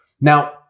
Now